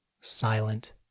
Silent